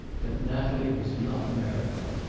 but natalie was not america.